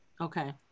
okay